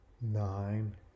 nine